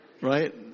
Right